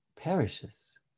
perishes